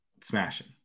smashing